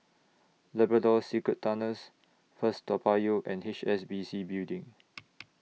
Labrador Secret Tunnels First Toa Payoh and H S B C Building